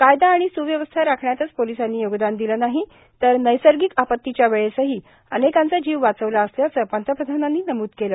कायदा आणि स्व्यवस्था राखण्यातच पोलिसांनी योगदान दिलं नाही तर नैसर्गिक आपत्तीच्या वेळेसही अनेकांचा जीव वाचवला असल्याचं पंतप्रधानांनी नमूद केलं